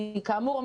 כאמור,